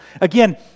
Again